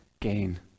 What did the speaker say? gain